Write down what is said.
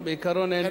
בעיקרון אין מניעה.